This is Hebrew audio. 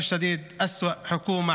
למרבה הצער,